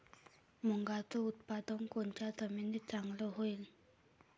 मुंगाचं उत्पादन कोनच्या जमीनीत चांगलं होईन?